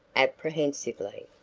apprehensively.